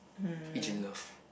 they fidge in love